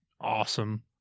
awesome